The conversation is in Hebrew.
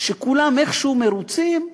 כשכולם איכשהו מרוצים?